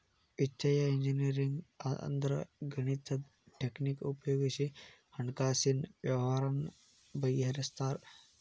ವಿತ್ತೇಯ ಇಂಜಿನಿಯರಿಂಗ್ ಅಂದ್ರ ಗಣಿತದ್ ಟಕ್ನಿಕ್ ಉಪಯೊಗಿಸಿ ಹಣ್ಕಾಸಿನ್ ವ್ಯವ್ಹಾರಾನ ಬಗಿಹರ್ಸ್ತಾರ